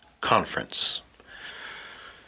conference